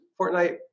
Fortnite